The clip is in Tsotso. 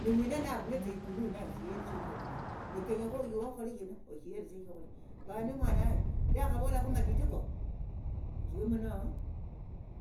ni wina naruletsa hikulu iyi nashiheresie shokhulia nikenyekha iwo okhole shina oshiheresie shokhulia vane mwana wanje nakhavolakho matiti koo orio muno.